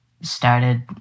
started